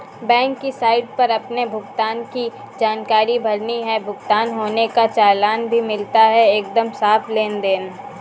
bank की site पर अपने भुगतान की जानकारी भरनी है, भुगतान होने का चालान भी मिलता है एकदम साफ़ लेनदेन